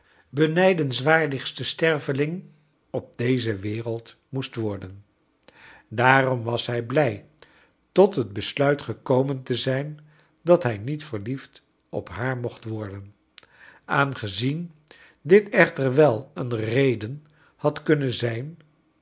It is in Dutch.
benijdenswaardigste sterveling op deze wereld moest worden daarom was hij blij tot het besluit gekomen te zijn dat hij niet verliefd op haar mocht worden aangezien dit echter wel een reden had kunnen zijn